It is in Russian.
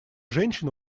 женщин